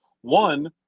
one